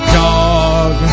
dog